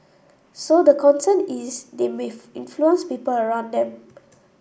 so the concern is they may influence people around them